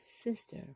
sister